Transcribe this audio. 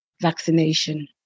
vaccination